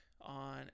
on